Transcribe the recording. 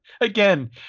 again